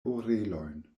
orelojn